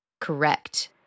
correct